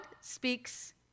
speaks